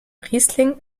riesling